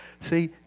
See